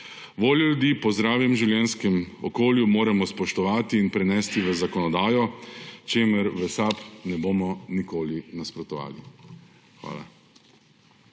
Voljo ljudi po zdravem življenjskem okolju moramo spoštovati in prenesti v zakonodajo, čemur v SAB ne bomo nikoli nasprotovali. Hvala.